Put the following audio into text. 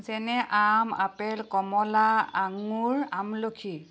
যেনে আম আপেল কমলা আঙুৰ আমলখি